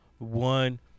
One